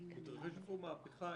מתרחשת פה מהפכה,